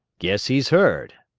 guess he's heard,